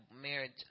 marriage